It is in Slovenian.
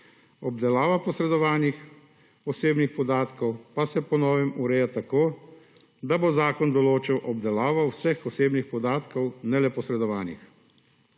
Obdelava posredovanih osebnih podatkov pa se po novem ureja tako, da bo zakon določil obdelavo vseh osebnih podatkov, ne le posredovanih.